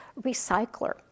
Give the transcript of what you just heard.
recycler